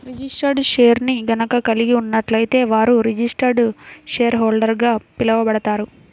registered షేర్ని గనక కలిగి ఉన్నట్లయితే వారు రిజిస్టర్డ్ షేర్హోల్డర్గా పిలవబడతారు